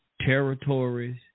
territories